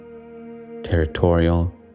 territorial